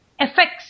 effects